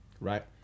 right